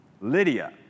Lydia